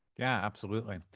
yeah, absolutely.